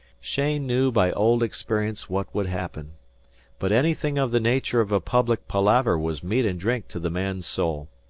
cheyne knew by old experience what would happen but anything of the nature of a public palaver was meat and drink to the man's soul.